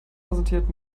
präsentiert